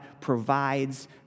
provides